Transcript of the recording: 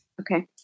Okay